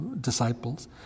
disciples